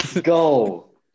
go